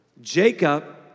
Jacob